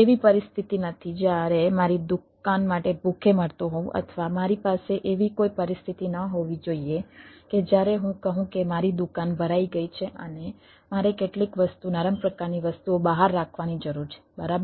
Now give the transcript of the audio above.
એવી પરિસ્થિતિ નથી જ્યારે મારી દુકાન માટે ભૂખે મરતો હોઉં અથવા મારી પાસે એવી કોઈ પરિસ્થિતિ ન હોવી જોઈએ કે જ્યારે હું કહું કે મારી દુકાન ભરાઈ ગઈ છે અને મારે કેટલીક વસ્તુ નરમ પ્રકારની વસ્તુઓ બહાર રાખવાની જરૂર છે બરાબર